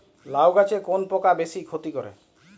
লাউ গাছে কোন পোকা বেশি ক্ষতি করে?